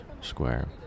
Square